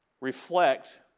reflect